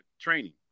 training